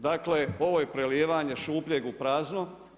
Dakle ovo je prelijevanje šupljeg u prazno.